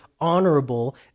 honorable